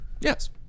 Yes